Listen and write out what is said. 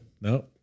No